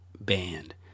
band